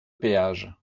péage